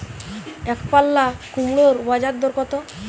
একপাল্লা কুমড়োর বাজার দর কত?